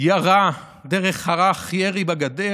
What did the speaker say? ירה דרך חרך ירי בגדר.